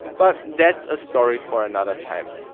but that's a story for another time.